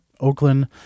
Oakland